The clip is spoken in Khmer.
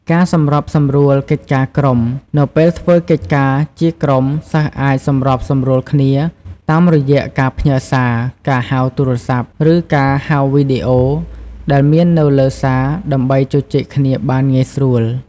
ការសម្របសម្រួលកិច្ចការក្រុម នៅពេលធ្វើកិច្ចការជាក្រុម សិស្សអាច សម្របសម្រួលគ្នា តាមរយៈការផ្ញើសារ ការហៅទូរស័ព្ទ ឬការហៅវីដេអូ ដែលមាននៅលើ សារ ដើម្បីជជែកគ្នាបានងាយស្រួល។